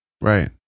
Right